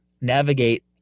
navigate